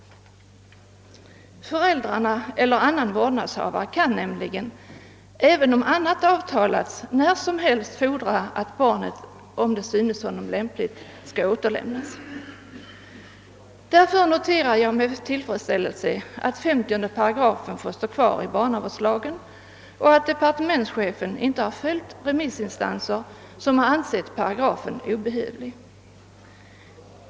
Föräldrarna eller annan vårdnadshavare kan nämligen, även om annat avtalats, när som helst fordra att barnet, om det synes vederbörande lämpligt, skall återlämnas. Därför noterar jag med tillfredsställelse att 50 § får stå kvar i barnavårdslagen och att departementschefen inte följt de remissinstanser som ansett paragrafen obehövlig.